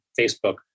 Facebook